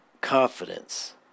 confidence